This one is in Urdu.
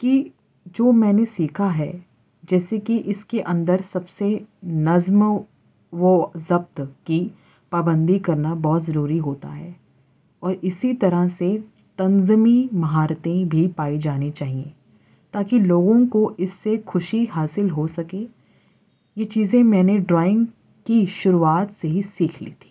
کہ جو میں نے سیکھا ہے جیسے کہ اس کے اندر سب سے نظم و ضبط کی پابندی کرنا بہت ضروری ہوتا ہے اور اسی طرح سے تنظمی مہارتیں بھی پائی جانی چاہیے تاکہ لوگوں کو اس سے خوشی حاصل ہو سکے یہ چیزیں میں نے ڈرائنگ کی شروعات سے ہی سیکھ لی تھی